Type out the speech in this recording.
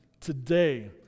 Today